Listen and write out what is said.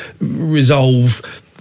resolve